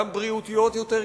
גם בריאותיות יותר,